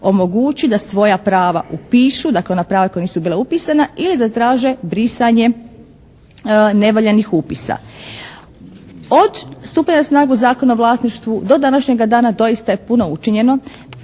omogućiti da svoja prava upišu, dakle ona prava koja nisu bila upisana ili zatraže brisanje nevaljanih upisa. Od stupanja na snagu Zakona o vlasništvu do današnjega dana doista je puno učinjeno.